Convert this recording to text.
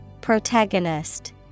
Protagonist